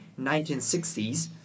1960s